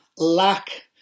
Lack